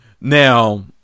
now